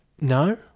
no